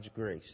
grace